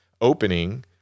opening